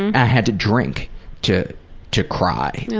i had to drink to to cry. yeah